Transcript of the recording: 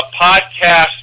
podcast